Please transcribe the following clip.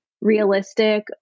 realistic